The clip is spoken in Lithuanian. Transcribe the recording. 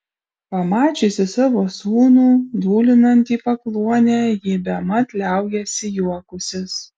pamačiusi savo sūnų dūlinant į pakluonę ji bemat liaujasi juokusis